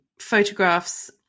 photographs